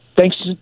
Thanks